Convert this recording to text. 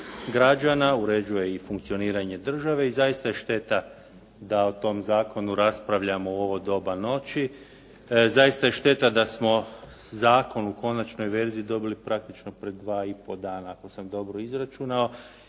uređuje i funkcioniranje države i zaista je šteta da o tom razdoblju raspravljamo u ovo doba noći. Zaista je šteta da smo zakon u konačnoj verziji dobili praktično pred dva i po dana ako sam dobro izračunao